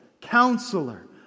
Counselor